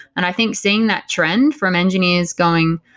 and i think seeing that trend from engineers going,